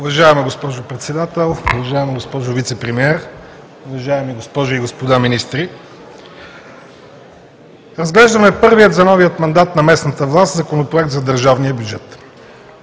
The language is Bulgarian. Уважаема госпожо Председател, уважаема госпожо Вицепремиер, уважаеми госпожи и господа министри! Разглеждаме първия за новия мандат на местната власт Законопроект за държавния бюджет.